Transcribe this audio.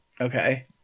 Okay